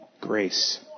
grace